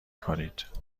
کنید